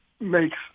makes